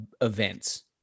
events